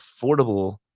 affordable